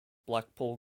blackpool